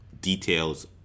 details